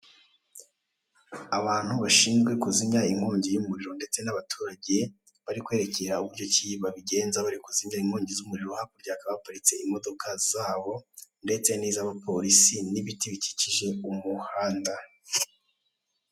Abantu bashinzwe kuzimya inkongi y'umuriro ndetse n'abaturage bari kwerekera uburyo ki babigenza bari kuzimya inkongi z'umuriro, hakurya hakaba haparitse imodoka zabo ndetse n'iz'abapolisi n'ibiti bikikije umuhanda.